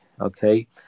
okay